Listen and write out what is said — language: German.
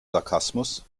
sarkasmus